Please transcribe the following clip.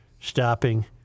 stopping